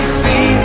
see